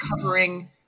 covering